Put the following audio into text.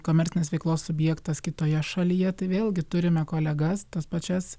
komercinės veiklos subjektas kitoje šalyje tai vėlgi turime kolegas tas pačias